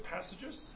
passages